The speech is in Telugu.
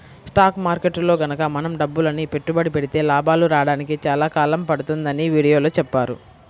స్టాక్ మార్కెట్టులో గనక మనం డబ్బులని పెట్టుబడి పెడితే లాభాలు రాడానికి చాలా కాలం పడుతుందని వీడియోలో చెప్పారు